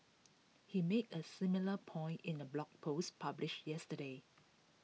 he made A similar point in A blog post published yesterday